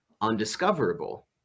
undiscoverable